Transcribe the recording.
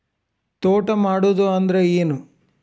ತೋಟ ಮಾಡುದು ಅಂದ್ರ ಏನ್?